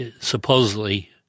supposedly